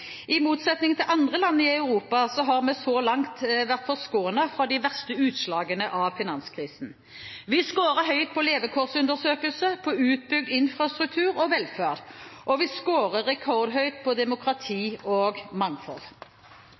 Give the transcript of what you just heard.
vi så langt vært forskånet for de verste utslagene av finanskrisen. Vi skårer høyt på levekårsundersøkelser, på utbygd infrastruktur og velferd. Og vi skårer rekordhøyt på demokrati og mangfold.